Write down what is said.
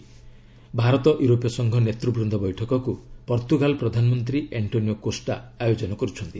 'ଭାରତ ୟୁରୋପୀୟ ସଂଘ ନେତୃବୃନ୍ଦ ବୈଠକ'କୁ ପର୍ତ୍ତୁଗାଲ ପ୍ରଧାନମନ୍ତ୍ରୀ ଆଣ୍ଟ୍ରୋନିଓ କୋଷ୍ଟା ଆୟୋଜନ କରୁଛନ୍ତି